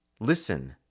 Listen